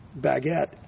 baguette